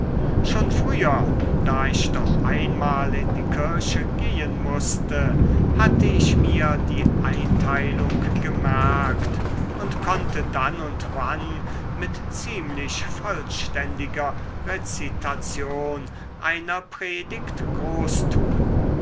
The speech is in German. schon früher da ich doch einmal in die kirche gehen mußte hatte ich mir die einteilung gemerkt und konnte dann und wann mit ziemlich vollständiger rezitation einer predigt großtun